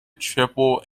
triple